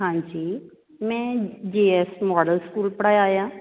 ਹਾਂਜੀ ਮੈਂ G S model school ਪੜ੍ਹਾਇਆ ਆ